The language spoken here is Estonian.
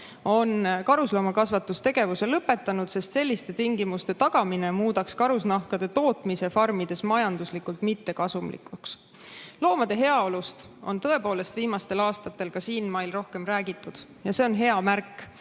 on karusloomakasvatus tegevuse lõpetanud, sest selliste tingimuste tagamine muudaks karusnaha tootmise farmides majanduslikult mittekasumlikuks. Loomade heaolust on tõepoolest viimastel aastatel ka siinmail rohkem räägitud ja see on hea märk,